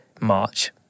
March